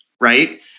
right